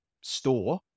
store